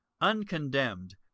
UNCONDEMNED